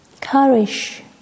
courage